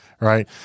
right